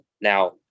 Now